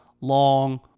long